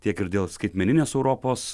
tiek ir dėl skaitmeninės europos